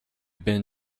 been